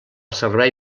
servei